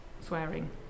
swearing